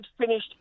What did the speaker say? finished